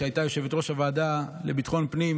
שהייתה יושבת-ראש הוועדה לביטחון הפנים,